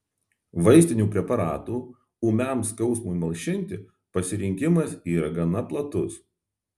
vaistinių preparatų ūmiam skausmui malšinti pasirinkimas yra gana platus